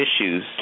issues